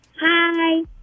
Hi